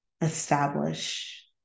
establish